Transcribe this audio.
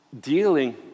dealing